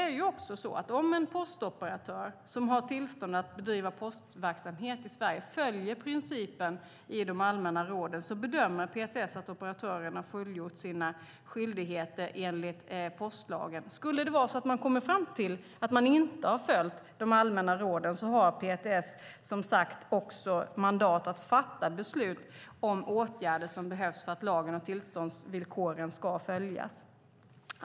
Om en postoperatör som har tillstånd att bedriva postverksamhet i Sverige följer principen i de allmänna råden bedömer PTS att operatörerna har fullgjort sina skyldigheter enligt postlagen. Om PTS kommer fram till att en postoperatör inte har följt de allmänna råden har PTS mandat att fatta beslut om åtgärder som behövs så att lagen om tillståndsvillkoren följs.